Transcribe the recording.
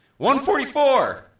144